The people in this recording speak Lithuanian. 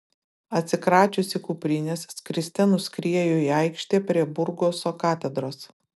atsikračiusi kuprinės skriste nuskrieju į aikštę prie burgoso katedros